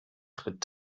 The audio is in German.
tritt